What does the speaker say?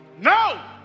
No